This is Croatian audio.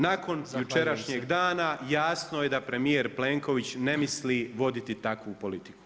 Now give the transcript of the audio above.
Nakon jučerašnjeg dana jasno je da premijer Plenković ne misli voditi takvu politiku.